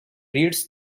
reads